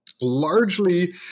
largely